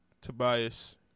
Tobias